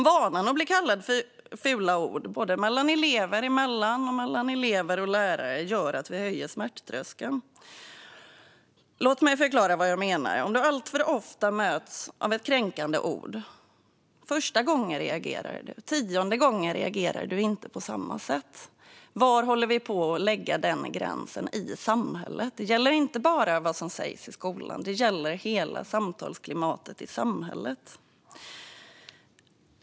Vanan att bli kallad för fula ord, mellan elever samt mellan elever och lärare, gör att vi höjer smärttröskeln. Låt mig förklara vad jag menar. Första gången du möts av ett kränkande ord reagerar du, men tionde gången reagerar du inte på samma sätt. Var lägger vi den gränsen i samhället? Det gäller inte bara vad som sägs i skolan, utan det gäller hela samtalsklimatet i samhället.